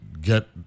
get